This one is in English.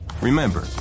Remember